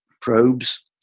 probes